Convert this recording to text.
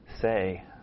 say